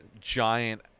giant